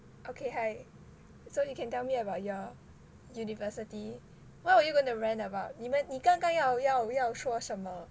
okay hi so you can tell me about your university what were you gonna rant about 你们你刚刚要要要说什么